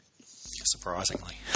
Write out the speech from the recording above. Surprisingly